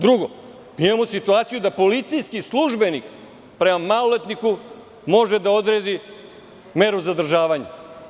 Drugo, mi imamo situaciju da policijski službenik prema maloletniku može da odredi meru zadržavanja.